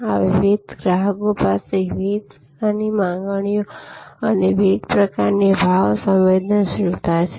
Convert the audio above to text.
આ વિવિધ ગ્રાહકો પાસે વિવિધ પ્રકારની માંગણીઓ અને વિવિધ પ્રકારની ભાવ સંવેદનશીલતા છે